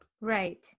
Right